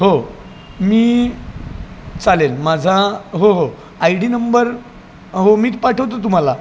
हो मी चालेल माझा हो हो आय डी नंबर हो मी तर पाठवतो तुम्हाला